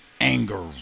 anger